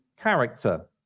character